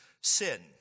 sin